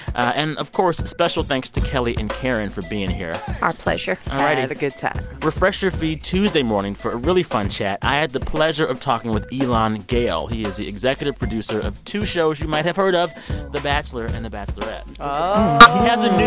and of course, special thanks to kelly and karen for being here our pleasure all righty i had a good time refresh your feed tuesday morning for a really fun chat. i had the pleasure of talking with elan gale. he is the executive producer of two shows you might have heard of the bachelor and the bachelorette. he has a new,